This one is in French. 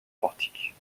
portique